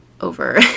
over